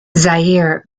zaire